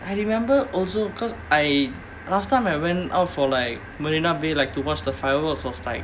I remember also because I last time I went out for like marina bay like to watch the fireworks was like